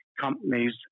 companies